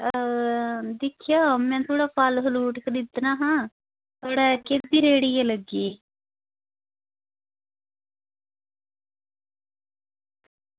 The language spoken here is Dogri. दिक्खेआ यरो में कोई फल फ्रूट खरीदना थोह्ड़ केह्की ऐ रेह्ड़ी लग्गी दी